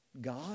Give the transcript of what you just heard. God